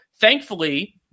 thankfully